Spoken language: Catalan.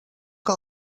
que